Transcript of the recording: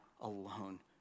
alone